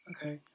Okay